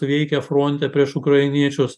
veikia fronte prieš ukrainiečius